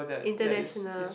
international